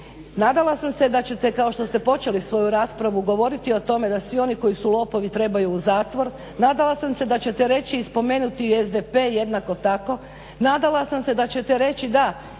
Nadala sam se da ćete kao što ste počeli svoju raspravu govoriti o tome da svi oni koji su lopovi trebaju u zatvor. Nadala sam se da ćete reći i spomenuti SDP jednako tako. Nadala sam se da ćete reći da